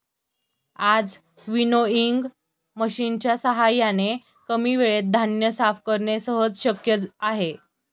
आज विनोइंग मशिनच्या साहाय्याने कमी वेळेत धान्य साफ करणे सहज शक्य आहे